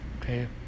Okay